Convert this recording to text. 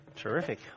Terrific